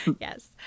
yes